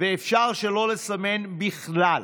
ואפשר שלא לסמן בכלל.